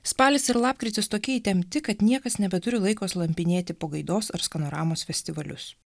spalis ir lapkritis tokie įtempti kad niekas nebeturi laiko slampinėti po gaidos ar skanoramos festivalius